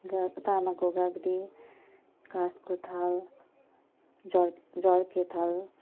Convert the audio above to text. गा तामाको गाग्री काँसको थाल झर झर्के थाल